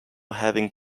having